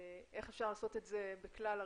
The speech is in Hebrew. איך אפשר לעשות את זה בכלל הרכש.